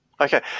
Okay